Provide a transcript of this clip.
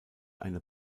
eine